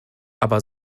aber